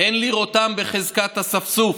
אין לראותם בחזקת אספסוף",